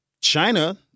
China